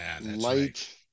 light